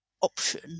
option